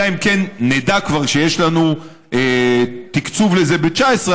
אלא אם כן נדע כבר שיש לנו תקצוב לזה ב-2019,